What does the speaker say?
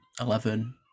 Eleven